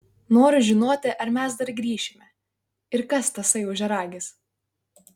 noriu žinoti ar mes dar grįšime ir kas tasai ožiaragis